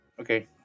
Okay